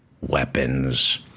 weapons